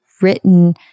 written